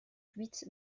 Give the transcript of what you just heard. huit